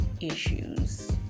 issues